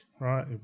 right